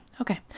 Okay